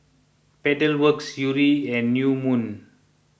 Pedal Works Yuri and New Moon